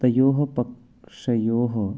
तयोः पक्षयोः